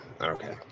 okay